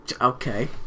okay